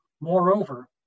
Moreover